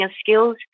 skills